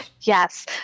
Yes